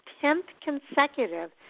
tenth-consecutive